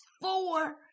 four